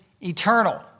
eternal